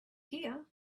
here